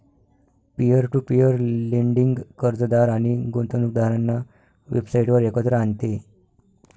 peer to peer lending कर्जदार आणि गुंतवणूकदारांना वेबसाइटवर एकत्र आणते